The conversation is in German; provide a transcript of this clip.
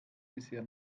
bisher